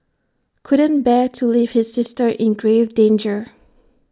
couldn't bear to leave his sister in grave danger